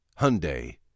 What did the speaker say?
Hyundai